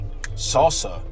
salsa